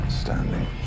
standing